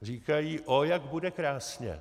Říkají: Ó, jak bude krásně.